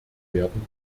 werden